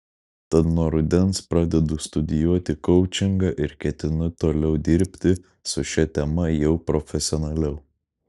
tad nuo rudens pradedu studijuoti koučingą ir ketinu toliau dirbti su šia tema jau profesionaliau